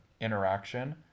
interaction